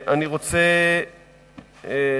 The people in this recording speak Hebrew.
אני רוצה לסכם.